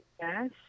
yes